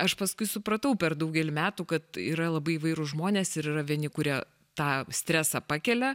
aš paskui supratau per daugel metų kad yra labai įvairūs žmonės ir yra vieni kurie tą stresą pakelia